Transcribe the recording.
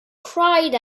cried